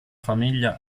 famiglia